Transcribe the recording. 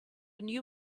new